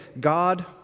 God